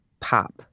pop